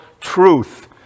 truth